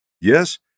Yes